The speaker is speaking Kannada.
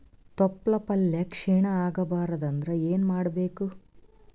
ತೊಪ್ಲಪಲ್ಯ ಕ್ಷೀಣ ಆಗಬಾರದು ಅಂದ್ರ ಏನ ಮಾಡಬೇಕು?